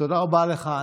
תודה רבה לך.